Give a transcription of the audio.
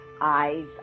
eyes